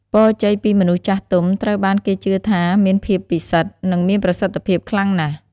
ពរជ័យពីមនុស្សចាស់ទុំត្រូវបានគេជឿថាមានភាពពិសិដ្ឋ និងមានប្រសិទ្ធភាពខ្លាំងណាស់។